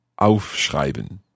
aufschreiben